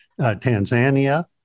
Tanzania